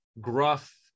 gruff